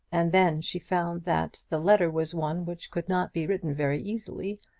and then she found that the letter was one which could not be written very easily.